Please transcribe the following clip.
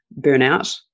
burnout